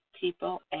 people